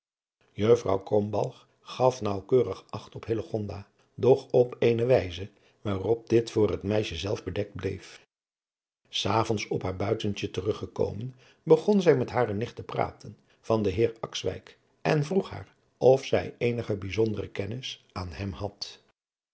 krombalg gaf naauwkeurig acht op hillegonda doch op eene wijze waarop dit voor het meisje zelf bedekt bleef s avonds op haar buitentje teruggekomen begon zij met hare nicht te praten van den heer akswijk en vroeg haar of zij eenige bijzondere kennis aan hem had